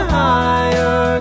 higher